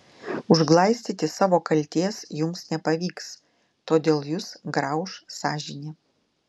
užglaistyti savo kaltės jums nepavyks todėl jus grauš sąžinė